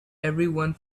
everyone